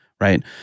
right